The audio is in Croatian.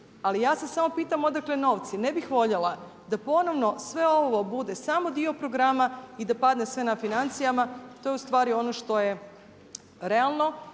ali ja se samo pitam odakle novci. Ne bih voljela da ponovno sve ovo bude samo dio programa i da padne sve na financijama. To je ustavni ono što je realno